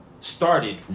started